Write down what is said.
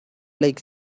like